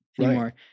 anymore